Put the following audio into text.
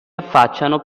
affacciano